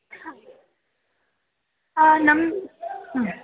ಹಾಂ ನಮ್ ಹಾಂ